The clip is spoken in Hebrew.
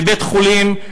בבית-חולים,